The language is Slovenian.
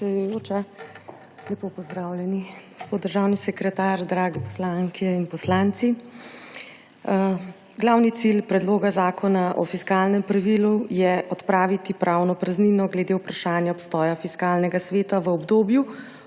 Lepo pozdravljeni, gospod državni sekretar, drage poslanke in poslanci! Glavni cilj Predloga zakona o dopolnitvi Zakona o fiskalnem pravilu je odpraviti pravno praznino glede vprašanja obstoja Fiskalnega sveta v obdobju